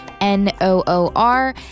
N-O-O-R